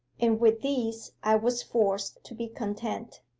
and with these i was forced to be content.